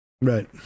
Right